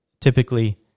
Typically